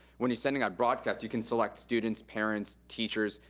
when you're sending out broadcasts, you can select students, parents, teachers.